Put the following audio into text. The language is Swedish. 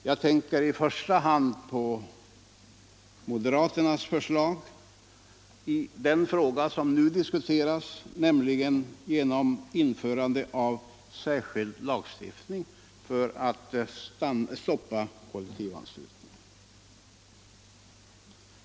Jag tänker i första hand på moderaternas förslag 81 i den fråga som nu diskuteras, nämligen att genom införande av särskild lagstiftning stoppa kollektivanslutningen.